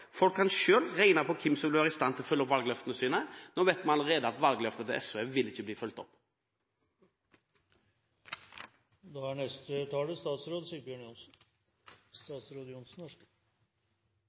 folk selv regne på hvem som vil være i stand til å følge opp sine valgløfter. Nå vet vi allerede at SVs valgløfter ikke vil bli fulgt opp. Dette er